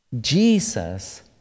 Jesus